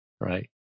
Right